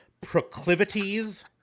proclivities